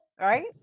right